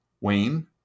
Wayne